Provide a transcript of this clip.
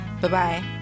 Bye-bye